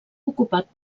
ocupat